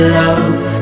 love